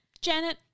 Janet